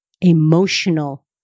emotional